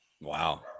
Wow